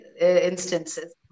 instances